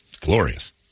Glorious